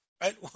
Right